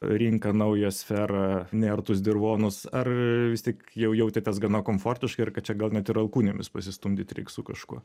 rinką naują sferą neartus dirvonus ar vis tik jau jautėtės gana komfortiškai ir kad čia gal net ir alkūnėmis pasistumdyt reik su kažkuo